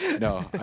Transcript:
No